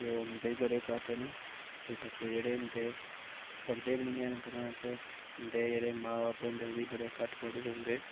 ते ओह् औंदे बी बड़े घट्ट न ते बच्चे जेह्ड़े होंदे पढ़दे बी निं हैन ग्रांऽ च उं'दे जेह्ड़े मां ब'ब्ब होंदे ओह् बी बड़े घट्ट पढ़े दे होंदे